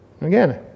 Again